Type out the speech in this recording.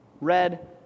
Red